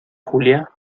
julia